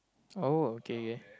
oh okay